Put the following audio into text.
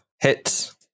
hits